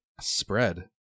spread